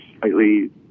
slightly